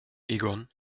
egon